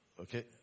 okay